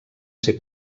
ser